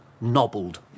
nobbled